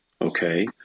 okay